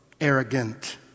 arrogant